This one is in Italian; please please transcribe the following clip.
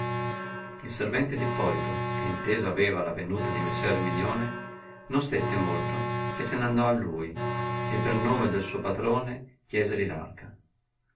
il servente d ippolito che inteso aveva la venuta di messer erminione non stette molto che se n andò a lui e per nome del suo patrone chieseli l'arca